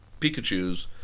Pikachus